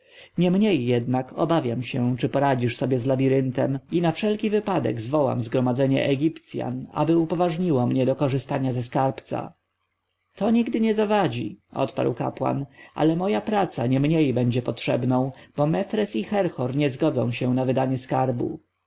nienmiej jednak obawiam się czy poradzisz sobie z labiryntem i na wszelki wypadek zwołam zgromadzenie egipcjan aby upoważniło mnie do korzystania ze skarbca to nigdy nie zawadzi odparł kapłan ale moja praca niemniej będzie potrzebną bo mefres i herhor nie zgodzą się na wydanie skarbu